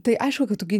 tai aišku kad tu gi